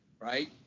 right